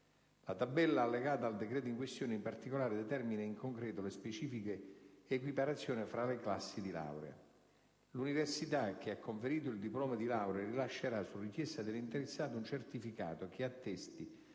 La tabella allegata al decreto in questione, in particolare, determina in concreto le specifiche equiparazioni fra le classi di laurea; l'università che ha conferito il diploma di laurea rilascerà, su richiesta dell'interessato, un certificato che attesti